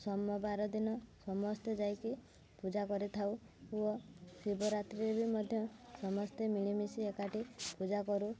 ସୋମବାର ଦିନ ସମସ୍ତେ ଯାଇକି ପୂଜା କରିଥାଉ ଓ ଶିବରାତ୍ରି ବି ମଧ୍ୟ ସମସ୍ତେ ମିଳିମିଶି ଏକାଠି ପୂଜା କରୁ